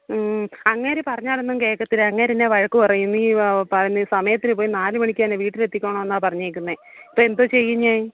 അങ്ങേർ പറഞ്ഞാലൊന്നും കേൾക്കത്തില്ല അങ്ങേരെന്നെ വഴക്ക് പറയും നീ സമയത്തിന് പോയി നാലുമണിക്കുതന്നെ വീട്ടിലെത്തിക്കോണം എന്നാണ് പറഞ്ഞിരിക്കുന്നത് ഇപ്പോഴെന്തോ ചെയ്യും ഞാൻ